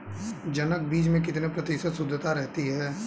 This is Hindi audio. जनक बीज में कितने प्रतिशत शुद्धता रहती है?